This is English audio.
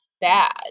bad